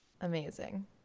Amazing